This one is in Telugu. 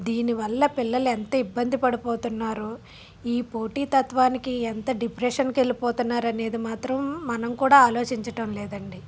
దీనివల్ల పిల్లలు ఎంత ఇబ్బంది పడిపోతున్నారు ఈ పోటీ తత్వానికి ఎంత డిప్రెషన్కి వెళ్ళిపోతున్నారనేది మాత్రం మనం కూడా ఆలోచించటం లేదండి